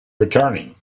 returning